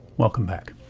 welcome back.